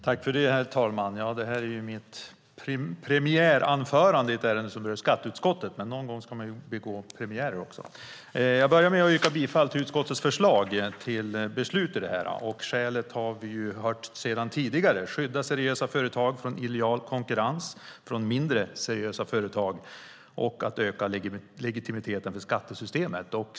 Herr talman! Detta är mitt premiäranförande i ett ärende som rör skatteutskottet, men någon gång ska man ju begå premiärer också. Jag börjar med att yrka bifall till utskottets förslag till beslut. Skälet har vi hört tidigare: att skydda seriösa företag från illojal konkurrens från mindre seriösa företag och att öka legitimiteten för skattesystemet.